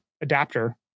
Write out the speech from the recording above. adapter